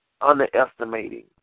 Underestimating